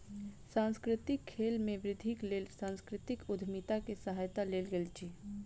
सांस्कृतिक खेल में वृद्धिक लेल सांस्कृतिक उद्यमिता के सहायता लेल गेल अछि